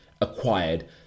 acquired